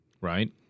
right